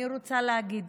אני רוצה להגיד